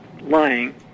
lying